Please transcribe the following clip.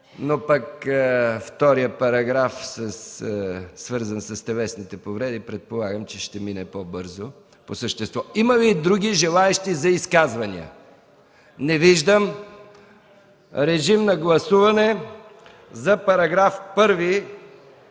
но пък вторият параграф, свързан с телесните повреди, предполагам, че ще мине по-бързо и по същество. Има ли други желаещи за изказвания? Не виждам. Режим на гласуване за § 1